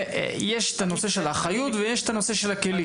יש את נושא האחריות יש את נושא הכלים.